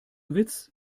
witz